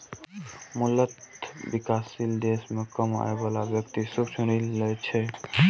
मूलतः विकासशील देश मे कम आय बला व्यक्ति सूक्ष्म ऋण लै छै